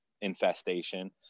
infestation